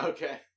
Okay